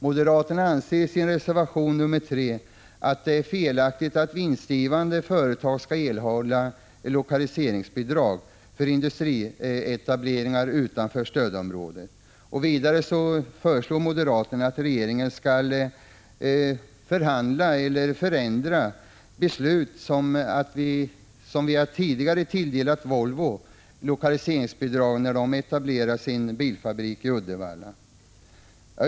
Moderaterna anför i reservation 3 att det är felaktigt att vinstgivande företag skall erhålla lokaliseringsbidrag för industrietableringar utanför stödområdet. Vidare föreslår moderaterna att regeringen skall ändra det tidigare beslutet att tilldela Volvo lokaliseringsbidrag för att uppföra en bilfabrik i Uddevalla.